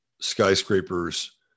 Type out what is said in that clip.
skyscrapers